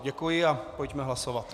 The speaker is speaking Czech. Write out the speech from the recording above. Děkuji a pojďme hlasovat.